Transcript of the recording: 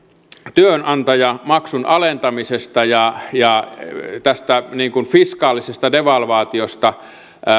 työnantajamaksun alentamisesta ja ja tästä fiskaalisesta devalvaatiosta